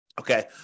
Okay